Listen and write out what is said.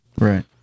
Right